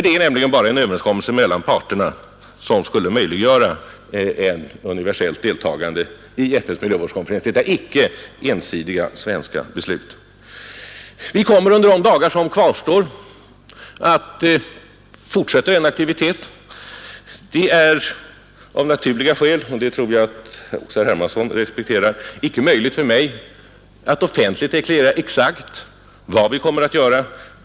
Det är nämligen bara en överenskommelse mellan parterna som skulle möjliggöra ett universellt deltagande i FN:s miljövårdskonferens, icke ensidiga svenska beslut. Vi kommer under de dagar som kvarstår att fortsätta denna aktivitet. Det är av naturliga skäl — och det tror jag att också herr Hermansson respekterar — icke möjligt för mig att offentligt deklarera exakt vad vi kommer att göra.